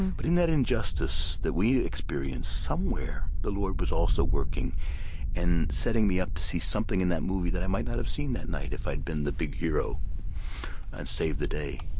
but in that injustice that we experienced, somewhere, the lord was also working and setting me up to see something in that movie that i might not have seen that night, if i'd been the big hero and saved the day